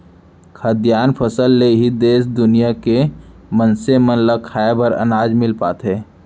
खाद्यान फसल ले ही देस दुनिया के मनसे मन ल खाए बर अनाज मिल पाथे